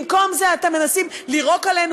במקום זה אתם מנסים לירוק עלינו,